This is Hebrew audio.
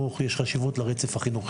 יש גם חוק הוצאות טיפול בילדים,